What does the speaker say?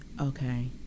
Okay